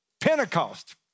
Pentecost